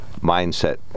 mindset